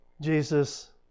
jesus